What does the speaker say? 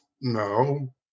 No